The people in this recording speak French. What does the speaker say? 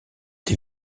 les